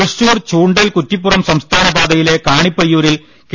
തൃശൂർ ചൂണ്ടൽ കുറ്റിപ്പുറം സംസ്ഥാന പാതയിലെ കാ ണിപ്പയ്യൂരിൽ കെ